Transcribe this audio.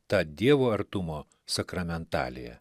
tą dievo artumo sakramentaliją